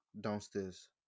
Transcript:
Downstairs